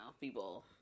people